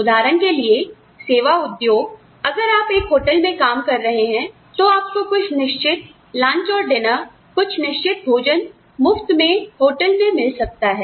उदाहरण के लिए सेवा उद्योग अगर आप एक होटल में काम कर रहे हैं तो आपको कुछ निश्चित लंच और डिनर कुछ निश्चित भोजन मुफ्त में होटल में मिल सकता हैं